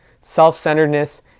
self-centeredness